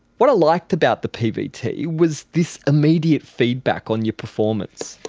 what i liked about the pvt was this immediate feedback on your performance.